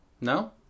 No